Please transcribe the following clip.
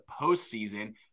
postseason